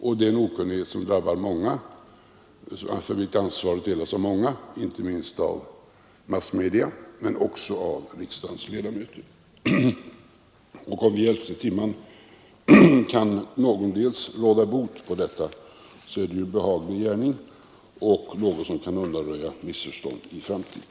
Det är en okunnighet för vilken ansvaret delas av många — inte minst av massmedia men också av riksdagens ledamöter. Och om vi i elfte timmen kan till viss del råda bot för detta är det en behaglig gärning och något som kan undanröja missförstånd i framtiden.